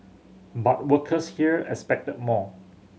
but workers here expected more